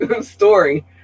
story